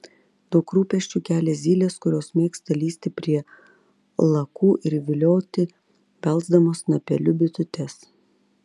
daug rūpesčių kelia zylės kurios mėgsta lįsti prie lakų ir vilioti belsdamos snapeliu bitutes